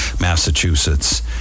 Massachusetts